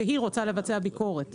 כשהיא רוצה לבצע ביקורת.